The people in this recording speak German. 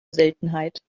seltenheit